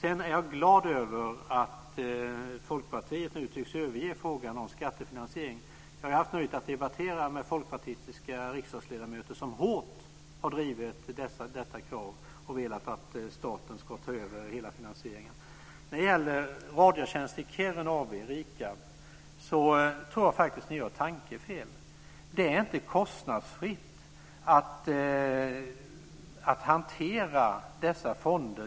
Jag är glad över att Folkpartiet nu tycks överge frågan om skattefinansiering. Jag har haft nöjet att debattera med folkpartistiska riksdagsledamöter som hårt har drivit detta krav och velat att staten ska ta över hela finansieringen. När det gäller Radiotjänst i Kiruna AB, RIKAB, så tror jag att ni gör ett tankefel. Det är inte kostnadsfritt att hantera dessa fonder.